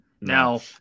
Now